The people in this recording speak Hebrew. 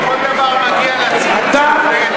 בסוף כל דבר מגיע לצביעות של מפלגת העבודה.